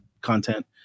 content